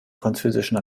französischen